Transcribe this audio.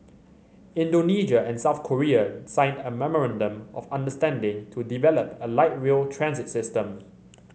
Indonesia and South Korea signed a memorandum of understanding to develop a light rail transit system